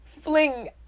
Fling